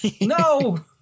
No